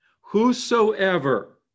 Whosoever